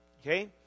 Okay